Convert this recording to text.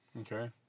Okay